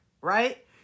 right